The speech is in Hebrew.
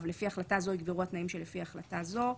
לפי החלטה זו יגברו התנאים שלפי החלטה זו.